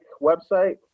website